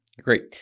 great